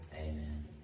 amen